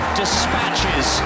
dispatches